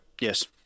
Yes